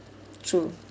true